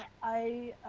i